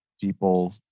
people